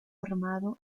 armado